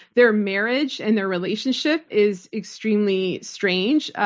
their marriage and their relationship is extremely strange.